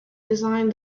designed